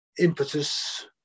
impetus